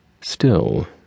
Still